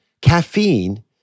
Caffeine